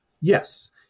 Yes